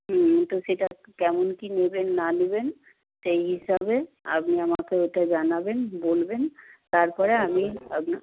হুম তো সেইটা কেমন কি নেবেন না নেবেন সেই হিসাবে আপনি আমাকে ওটা জানাবেন বলবেন তারপরে আমি আপনার